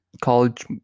College